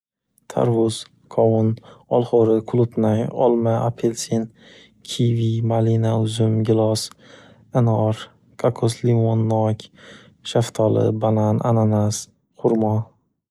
Tarvuz, qovin, olxori, qulupnay, olma, apelsin, kiviy, malina, uzum, gilos, anor, kokos, limon, nok, shaftoli, banan, ananas, xurmo.